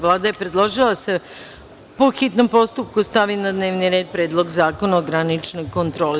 Vlada je predložila da se po hitnom postupku stavi na dnevni red - Predlog zakona o graničnoj kontroli.